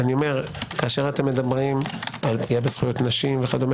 כאשר אתם מדברים על פגיעה בזכויות נשים וכדומה,